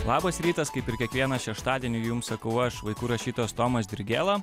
labas rytas kaip ir kiekvieną šeštadienį jums sakau aš vaikų rašytojas tomas dirgėla